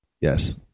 yes